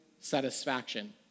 satisfaction